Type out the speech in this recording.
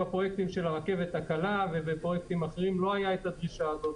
בפרויקטים של הרכבת הקלה ובפרויקטים אחרים לא הייתה הדרישה הזאת,